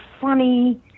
funny